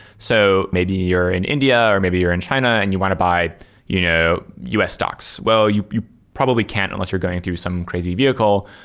so maybe you're in india or maybe you're in china and you want to buy you know us stocks. well, you you probably can't unless you're going through some crazy vehicle,